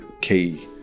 key